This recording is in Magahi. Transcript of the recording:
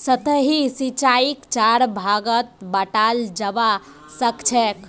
सतही सिंचाईक चार भागत बंटाल जाबा सखछेक